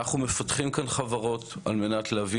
אנחנו מפתחים כאן חברות על מנת להביא